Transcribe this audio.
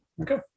Okay